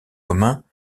communs